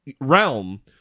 realm